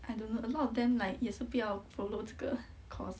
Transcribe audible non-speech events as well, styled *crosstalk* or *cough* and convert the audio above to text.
I don't know a lot of them like 也是不要 follow 这个 *breath* course